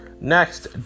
next